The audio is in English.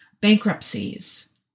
bankruptcies